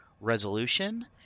Resolution